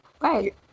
Right